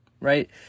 right